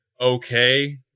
okay